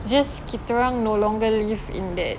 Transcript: just kita orang no longer live in that